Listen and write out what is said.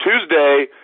Tuesday